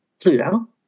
Pluto